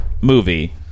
movie